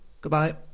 goodbye